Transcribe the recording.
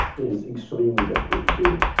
is extremely difficult to do.